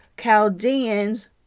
Chaldeans